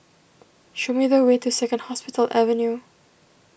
show me the way to Second Hospital Avenue